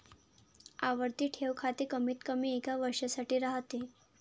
आवर्ती ठेव खाते कमीतकमी एका वर्षासाठी राहते